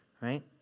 right